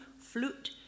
flute